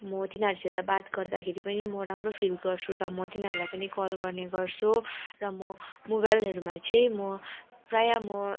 म तिनीहरूसित बात गर्दाखेरि पनि म राम्रो फिल गर्छु र म तिनीहरूलाई पनि कल गर्ने गर्छु र म मोबाइलहरूमा चाहिँ म प्रायः म